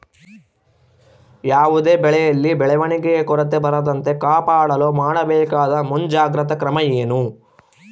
ಯಾವುದೇ ಬೆಳೆಯಲ್ಲಿ ಬೆಳವಣಿಗೆಯ ಕೊರತೆ ಬರದಂತೆ ಕಾಪಾಡಲು ಮಾಡಬೇಕಾದ ಮುಂಜಾಗ್ರತಾ ಕ್ರಮ ಏನು?